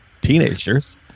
teenagers